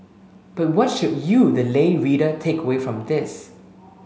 but what should you the lay reader take away from this